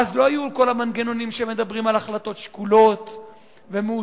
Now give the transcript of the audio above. ואז לא יהיו כל המנגנונים שמדברים על החלטות שקולות ומאוזנות,